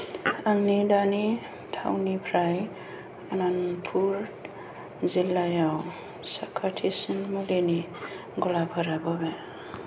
आंनि दानि थावनिनिफ्राय अनन्तपुर जिल्लायाव साखाथिसिन मुलिनि गलाफोरा बबे